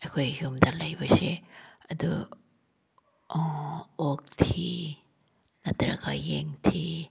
ꯑꯩꯈꯣꯏ ꯌꯨꯝꯗ ꯂꯩꯕꯁꯦ ꯑꯗꯨ ꯑꯣꯛꯊꯤ ꯅꯠꯇ꯭ꯔꯒ ꯌꯦꯟꯊꯤ